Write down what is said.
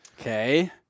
Okay